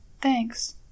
Thanks